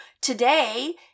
today